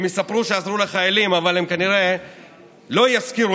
הם יספרו שעזרו לחיילים אבל הם כנראה לא יזכירו